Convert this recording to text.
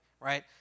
right